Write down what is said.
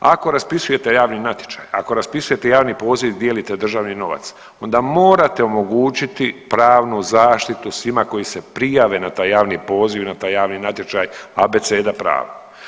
Ako raspisujete javni natječaj, ako raspisujete javni poziv i dijelite državni novac onda morate omogućiti pravnu zaštitu svima koji se prijave na taj javni poziv i na taj javni natječaj, abeceda prava.